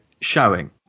showing